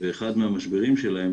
אחד מהמשברים שלהם,